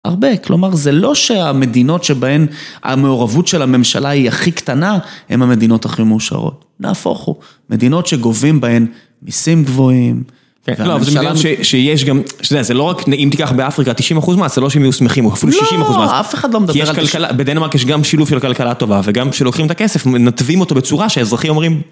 הרבה. כלומר, זה לא שהמדינות שבהן המעורבות של הממשלה היא הכי קטנה, הן המדינות הכי מאושרות. להפוך הוא. מדינות שגובים בהן מיסים גבוהים. לא, אבל זה מדינת שיש גם... שנייה, זה לא רק אם תיקח באפריקה 90 אחוז מס, זה לא שהם יהיו שמחים, הוא אפילו 60 אחוז מס. לא, אף אחד לא מדבר... בדנמרק יש גם שילוב של כלכלה טובה, וגם כשלוקחים את הכסף, מנתבים אותו בצורה שהאזרחים אומרים...